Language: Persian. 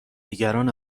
دیگران